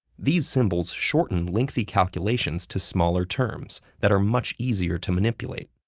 these symbols shorten lengthy calculations to smaller terms that are much easier to manipulate.